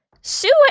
Sue